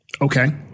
okay